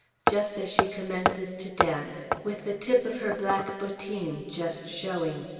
just as she commences to dance, with the tip of her black bottine just showing?